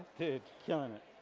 dude, killing it.